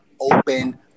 open